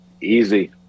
Easy